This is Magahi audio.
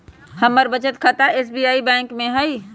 हमर बचत खता एस.बी.आई बैंक में हइ